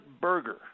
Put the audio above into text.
burger